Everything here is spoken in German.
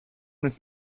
mit